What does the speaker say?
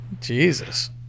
Jesus